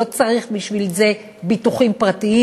לא צריך בשביל זה ביטוחים פרטיים.